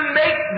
make